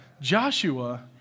Joshua